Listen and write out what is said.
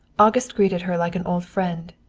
august greeted her like an old friend.